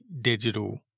digital